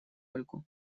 ольгу